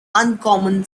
uncommon